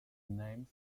names